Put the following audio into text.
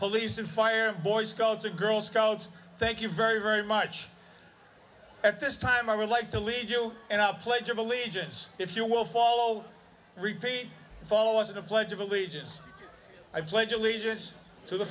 police and fire boy scouts and girl scouts thank you very very much at this time i would like to lead you and out pledge of allegiance if you will follow repeat followers of the pledge of allegiance i pledge allegiance to the